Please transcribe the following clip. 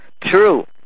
True